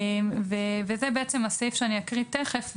זה הסעיף שאקרא תיכף,